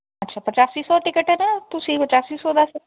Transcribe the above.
ਅੱਛਾ ਪਚਾਸੀ ਸੌ ਟਿਕਟ ਹੈ ਨਾ ਤੁਸੀਂ ਪਚਾਸੀ ਸੌ ਦੱਸ